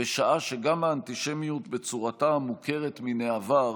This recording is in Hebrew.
בשעה שגם האנטישמיות בצורתה המוכרת מן העבר